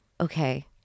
Okay